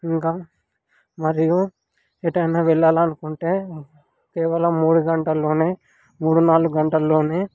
ఇంకా మరియు ఎటైనా వెళ్ళాలని అనుకుంటే కేవలం మూడు గంటల్లోనే మూడు నాలుగు గంటల్లోనే